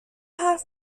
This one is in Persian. حرف